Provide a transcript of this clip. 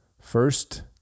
First